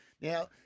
Now